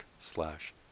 slash